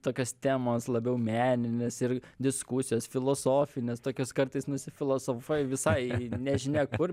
tokios temos labiau meninės ir diskusijos filosofinės tokios kartais nusifilosofuoji visai į nežinia kur